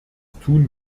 tun